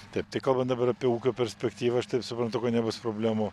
taip tai kalbant dabar apie ūkio perspektyvą aš taip suprantu kad nebus problemų